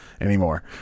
anymore